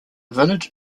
village